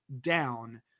down